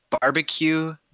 barbecue